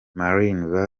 marines